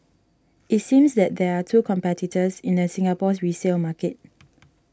it seems that there are two competitors in the Singapore's resale market